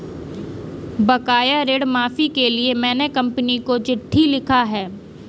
बकाया ऋण माफी के लिए मैने कंपनी को चिट्ठी लिखा है